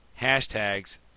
hashtags